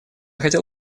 хотел